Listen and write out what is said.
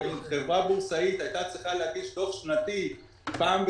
אם חברה בורסאית הייתה צריכה להגיש דוח שנתי פעם בחודש,